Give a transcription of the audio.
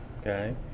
Okay